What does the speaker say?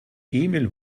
emil